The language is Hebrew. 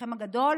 שחלקכם הגדול